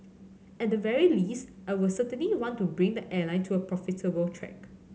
at the very least I will certainly want to bring the airline to a profitable track